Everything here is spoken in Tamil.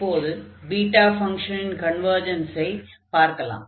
இப்போது பீட்டா ஃபங்ஷனின் கன்வெர்ஜன்ஸை பார்க்கலாம்